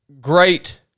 great